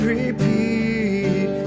repeat